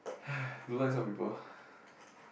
don't like some people